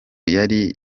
yari